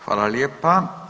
Hvala lijepa.